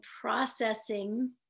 processing